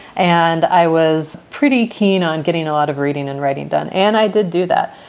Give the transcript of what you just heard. and i was pretty keen on getting a lot of reading and writing done. and i did do that.